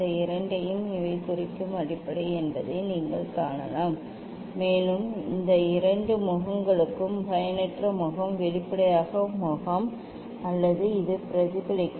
இந்த இரண்டையும் இவை குறிக்கும் அடிப்படை என்பதை நீங்கள் காணலாம் மேலும் இந்த இரண்டு முகங்களும் பயனற்ற முகம் வெளிப்படையான முகம் அல்லது இது பிரதிபலிக்கும்